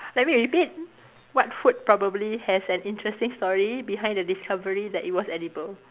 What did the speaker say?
let me repeat what food probably has an interesting story behind the discovery that it was edible